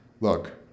Look